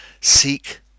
Seek